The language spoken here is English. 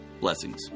Blessings